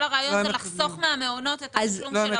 כל הרעיון זה לחסוך מהמעונות את התשלום של המע"מ.